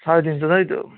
সাড়ে তিনশো তাই তো